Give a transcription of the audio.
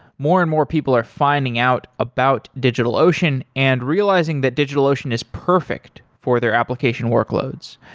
more and more people are finding out about digitalocean and realizing that digitalocean is perfect for their application workloads.